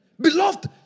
Beloved